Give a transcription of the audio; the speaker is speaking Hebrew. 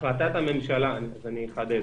אני אחדד.